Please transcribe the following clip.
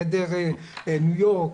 חדר ניו יורק,